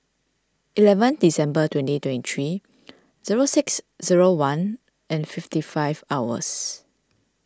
eleven December twenty twenty three zero six zero one and fifty five hours